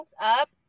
up